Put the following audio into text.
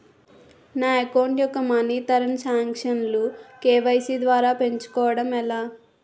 నా అకౌంట్ యెక్క మనీ తరణ్ సాంక్షన్ లు కే.వై.సీ ద్వారా పెంచుకోవడం ఎలా?